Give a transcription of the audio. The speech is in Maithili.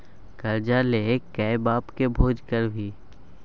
करजा ल कए बापक भोज करभी?